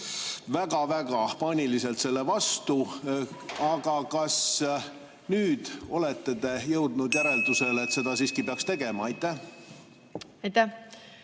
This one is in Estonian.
öelda, väga paaniliselt selle vastu. Aga kas te nüüd olete jõudnud järeldusele, et seda siiski peaks tegema? Aitäh! Väga